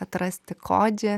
atrasti kodžia